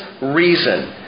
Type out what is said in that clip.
reason